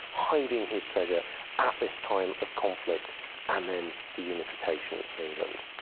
hiding his treasure, at this time of conflict and then the unification of england.